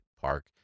Park